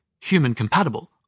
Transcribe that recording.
Human-Compatible